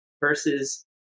versus